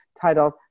titled